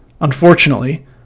Unfortunately